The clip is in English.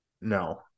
No